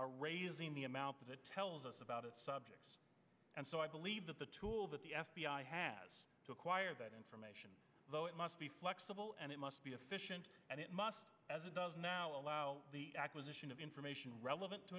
raising the amount of it tells us about its subjects and so i believe that the tool that the f b i has to acquire that information though it must be flexible and it must be efficient and it must as it does now allow the acquisition of information relevant to